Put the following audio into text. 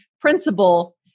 principle